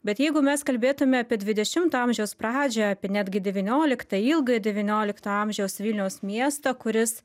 bet jeigu mes kalbėtume apie dvidešimto amžiaus pradžią apie netgi devynioliktą ilgą devyniolikto amžiaus vilniaus miestą kuris